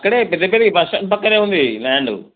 ఇక్కడే దగ్గరే ఈ బస్టాండ్ పక్కనే ఉంది ల్యాండు